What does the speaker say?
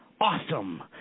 awesome